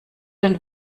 den